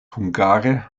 hungare